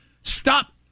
Stop